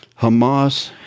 Hamas